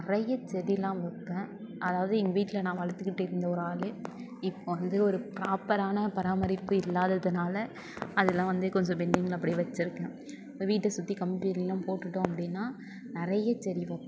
நிறைய செடி எல்லாம் வைப்பேன் அதாவது எங்கள் வீட்டில் நான் வளர்த்துக்கிட்டு இருந்த ஒரு ஆள் இப்போ வந்து ஒரு ப்ராப்பரான பராமரிப்பு இல்லாததுனால அதெலாம் வந்து கொஞ்சம் பெண்டிங்கில் அப்படியே வச்சுருக்கேன் இப்போ வீட்டை சுற்றி கம்பி வேலி எல்லாம் போட்டுவிட்டோம் அப்படின்னா நிறைய செடி வைப்பேன்